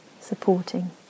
supporting